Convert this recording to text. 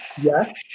Yes